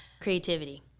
Creativity